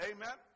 Amen